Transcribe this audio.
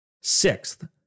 Sixth